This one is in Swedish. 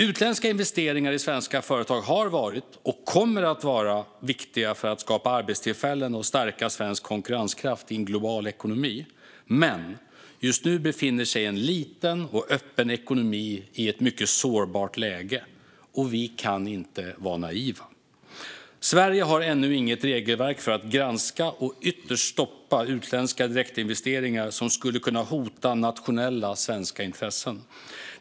Utländska investeringar i svenska företag har varit och kommer att vara viktiga för att skapa arbetstillfällen och stärka svensk konkurrenskraft i en global ekonomi. Men just nu befinner sig en liten och öppen ekonomi i ett mycket sårbart läge, och vi kan inte vara naiva. Sverige har ännu inget regelverk för att granska och ytterst stoppa utländska direktinvesteringar som skulle kunna hota nationella svenska intressen.